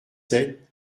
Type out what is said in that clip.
sept